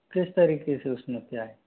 किस तरीके से उसने किया है